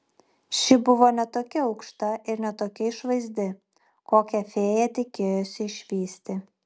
ši buvo ne tokia aukšta ir ne tokia išvaizdi kokią fėja tikėjosi išvysti